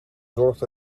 zorgt